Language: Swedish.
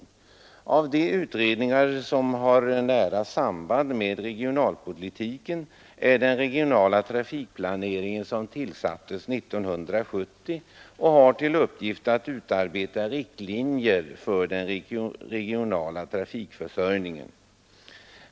En av de utredningar som har nära samband med regionalpolitiken är den regionala trafikplanering, som tillsattes 1970 och som har till uppgift att utarbeta riktlinjer för alla trafikförsörjningsplaner.